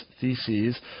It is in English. theses